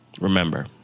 remember